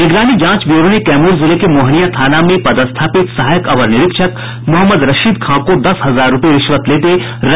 निगरानी जांच ब्यूरो ने कैमूर जिले के मोहनिया थाने में पदस्थापित सहायक अवर निरीक्षक मोहम्मद रशीद खां को दस हजार रूपये रिश्वत लेते रंगे हाथ गिरफ्तार किया है